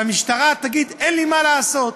והמשטרה תגיד: אין לי מה לעשות.